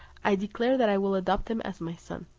i declare that i will adopt him as my son.